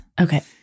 Okay